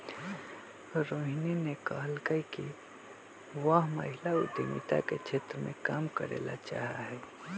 रोहिणी ने कहल कई कि वह महिला उद्यमिता के क्षेत्र में काम करे ला चाहा हई